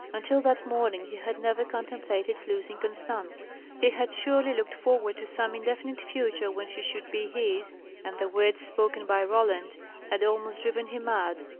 until that morning he had never contemplated losing constance he had surely looked forward to some indefinite future when she should be his and the words spoken by roland had almost driven him mad.